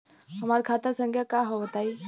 हमार खाता संख्या का हव बताई?